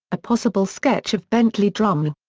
a possible sketch of bentley drummle.